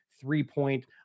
three-point